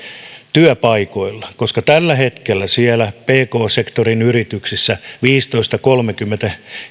työpaikoilla koska ainakaan tällä hetkellä siellä pk sektorin yrityksissä viisitoista viiva kolmekymmentä